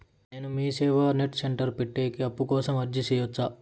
నేను MeeSeva net centre పెట్టేకి అప్పు కోసం అర్జీ సేయొచ్చా?